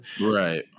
Right